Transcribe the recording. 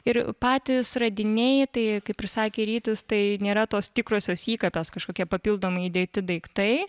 ir patys radiniai tai kaip ir sakė rytis tai nėra tos tikrosios įkapės kažkokie papildomai įdėti daiktai